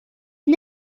une